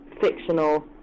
fictional